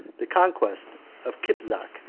the conquest of kipzak,